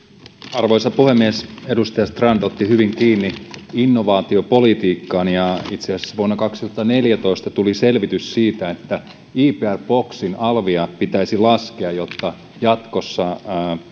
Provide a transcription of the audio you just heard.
arvoisa puhemies edustaja strand otti hyvin kiinni innovaatiopolitiikkaan ja itse asiassa vuonna kaksituhattaneljätoista tuli selvitys siitä että ipr boksin alvia pitäisi laskea jotta